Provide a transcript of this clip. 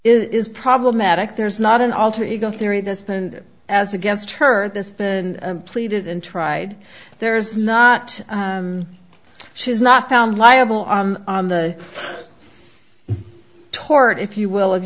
is problematic there's not an alter ego theory that's been as against her that's been pleaded and tried there's not she's not found liable on the tort if you will of